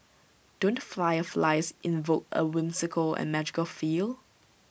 don't flyer flies invoke A whimsical and magical feel